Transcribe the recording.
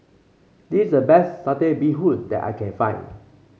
this is the best Satay Bee Hoon that I can find